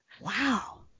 Wow